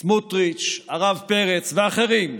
סמוטריץ', הרב פרץ ואחרים,